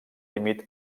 límit